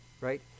right